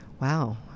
Wow